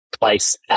place